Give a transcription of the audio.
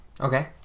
Okay